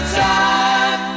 time